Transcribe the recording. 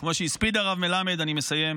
כמו שהספיד הרב מלמד, אני מסיים,